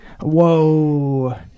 Whoa